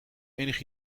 enig